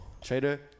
Trader